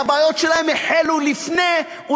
והבעיות שלהם החלו לפני כן,